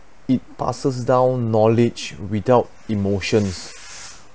it passes down knowledge without emotions